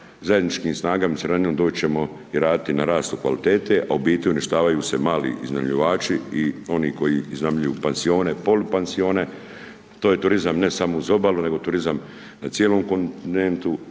zajedničkim snagama i suradnjom doći ćemo i raditi na rastu kvalitete, a u biti uništavaju se mali iznajmljivači i oni koji iznajmljuju pansione i polupansione. To je turizam ne samo uz obalu nego turizam na cijelom kontinentu,